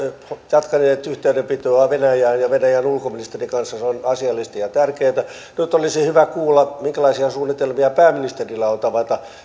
jatkanut yhteydenpitoa venäjälle ja venäjän ulkoministerin kanssa se on asiallista ja tärkeätä nyt olisi hyvä kuulla minkälaisia suunnitelmia pääministerillä on tavata